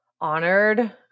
honored